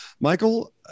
Michael